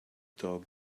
dog